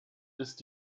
ist